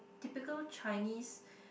typical Chinese